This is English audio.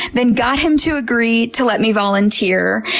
then got him to agree to let me volunteer,